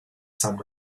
some